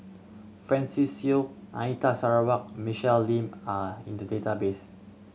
Francis Seow Anita Sarawak Michelle Lim are in the database